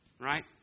Right